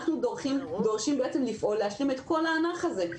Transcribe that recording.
אנחנו בעצם דורשים לפעול כדי להשלים את כל הענף הזה,